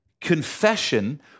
confession